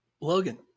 Logan